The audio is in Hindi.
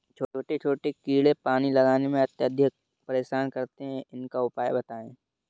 छोटे छोटे कीड़े पानी लगाने में अत्याधिक परेशान करते हैं इनका उपाय बताएं?